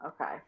okay